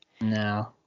No